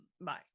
bye